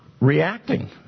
reacting